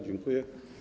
Dziękuję.